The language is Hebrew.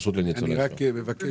אני אברמי